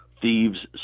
thieves